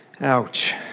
Ouch